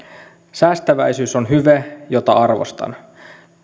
säästäväisyys on hyve jota arvostan